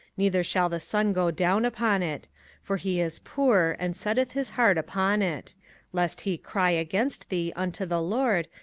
neither shall the sun go down upon it for he is poor, and setteth his heart upon it lest he cry against thee unto the lord,